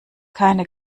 keine